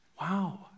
Wow